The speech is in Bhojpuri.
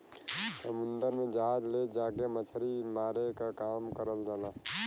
समुन्दर में जहाज ले जाके मछरी मारे क काम करल जाला